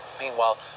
Meanwhile